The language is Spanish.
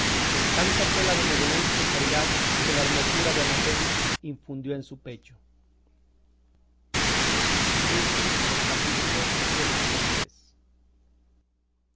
tanta fue la benevolencia y caridad que la hermosura de ana félix infundió en su pecho capítulo lxiv